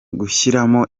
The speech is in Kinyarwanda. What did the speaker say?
gushyiramo